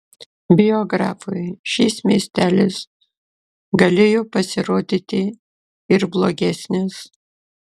biografui šis miestelis galėjo pasirodyti ir blogesnis